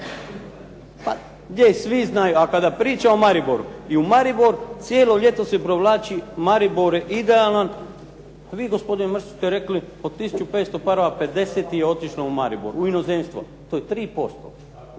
Je svi znaju, a kada pričamo o Mariboru i u Maribor cijelo ljeto se provlaći Maribor je idealan a vi gospodine Mrsić ste rekli od 1500 parova 50 ih je otišlo u Maribor, u inozemstvo. To je 3%.